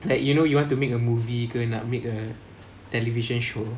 like you know you want to make a movie ke nak make a television show